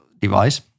device